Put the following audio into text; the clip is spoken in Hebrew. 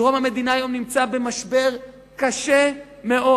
דרום המדינה היום במשבר קשה מאוד.